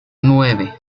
nueve